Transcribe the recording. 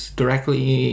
directly